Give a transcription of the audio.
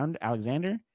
Alexander